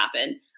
happen